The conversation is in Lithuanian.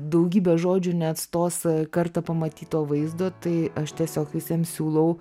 daugybė žodžių neatstos kartą pamatyto vaizdo tai aš tiesiog visiem siūlau